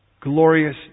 Glorious